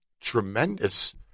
tremendous